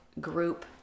group